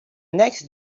next